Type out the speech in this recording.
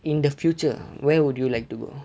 in the future where would you like to go